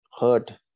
hurt